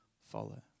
follow